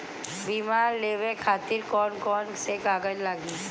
बीमा लेवे खातिर कौन कौन से कागज लगी?